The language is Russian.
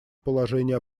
положения